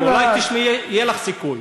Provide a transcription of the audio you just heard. חברת הכנסת ענת ברקו.